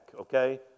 okay